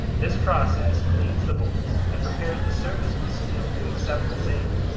this process cleans the bolts and prepares the surface of the steel to accept the zinc.